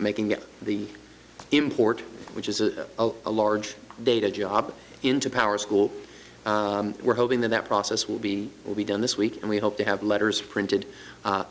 making the import which is a a large data job into power school we're hoping that that process will be will be done this week and we hope to have letters printed